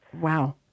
Wow